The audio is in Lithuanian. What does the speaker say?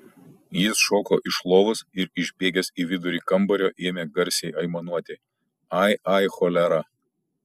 jis šoko iš lovos ir išbėgęs į vidurį kambario ėmė garsiai aimanuoti ai ai cholera